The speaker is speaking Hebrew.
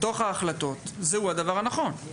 בתוך ההחלטות, זהו הדבר הנכון.